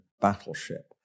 battleship